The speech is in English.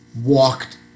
walked